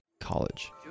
College